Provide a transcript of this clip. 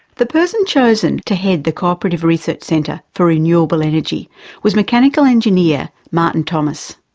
the person chosen to head the cooperative research centre for renewable energy was mechanical engineer, martin thomas.